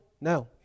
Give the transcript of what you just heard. No